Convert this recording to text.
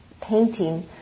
painting